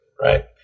Right